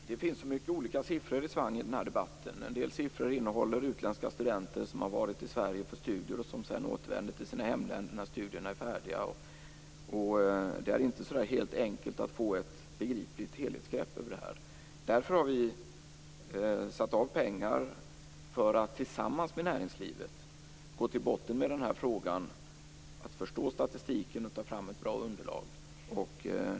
Fru talman! Det finns så många olika siffror i svang i den här debatten. En del siffror inbegriper utländska studenter som varit i Sverige för studier och som återvänder till sina hemländer när studierna är färdiga. Det är inte så där helt enkelt att få ett begripligt helhetsbegrepp. Därför har vi satt av pengar för att tillsammans med näringslivet gå till botten med den här frågan, att förstå statistiken och ta fram ett bra underlag.